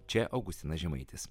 čia augustinas žemaitis